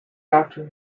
after